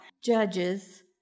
judges